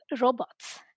robots